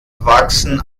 wachsen